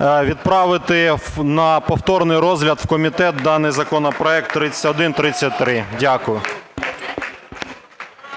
відправити на повторний розгляд в комітет даний законопроект 3133. Дякую.